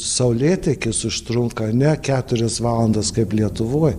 saulėtekis užtrunka ne keturias valandas kaip lietuvoj